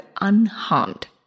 unharmed